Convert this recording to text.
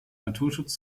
naturschutz